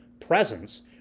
presence